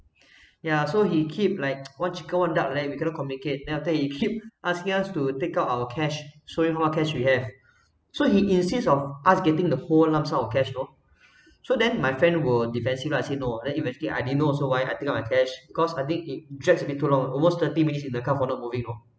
ya so he keep like one chicken one duck like that we cannot communicate then after that he keep asking us to take out our cash showing what cash we have so he insists of us getting the whole lump sum of cash know so then my friends were defensive lah say no and eventually I didn't know also why I take out my cash because I think it drags me too long almost thirty minutes in the car for not moving on